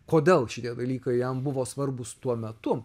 kodėl šitie dalykai jam buvo svarbūs tuo metu